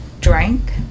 drank